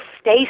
stay